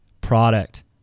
product